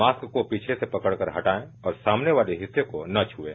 mask को पीछे से पकड़कर हटाएं और सामने वाले हिस्से को न छूएं